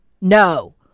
No